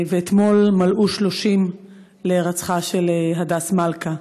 ואתמול מלאו 30 להירצחה של הדס מלכא.